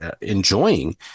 enjoying